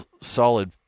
solid